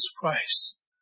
Christ